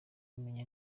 ameze